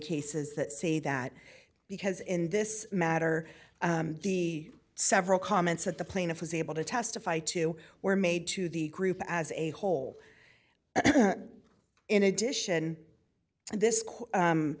cases that say that because in this matter the several comments that the plaintiff was able to testify to were made to the group as a whole in addition and this